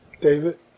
David